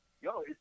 Yo